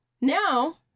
Now